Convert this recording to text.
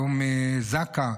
יום זק"א.